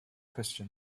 question